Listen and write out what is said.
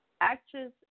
actress